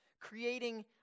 creating